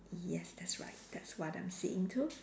yes that's right that's what I'm seeing too